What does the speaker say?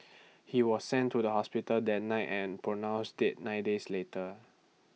he was sent to the hospital that night and pronounced dead nine days later